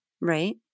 Right